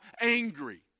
angry